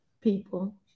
people